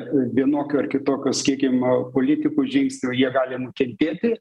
vienokiu ar kitokiu sakykim politikų žingsnio jie gali nukentėti